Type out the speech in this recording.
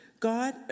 God